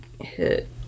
hit